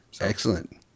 Excellent